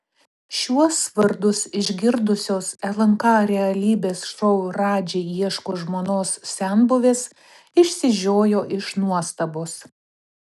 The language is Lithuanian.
šiuos vardus išgirdusios lnk realybės šou radži ieško žmonos senbuvės išsižiojo iš nuostabos